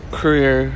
career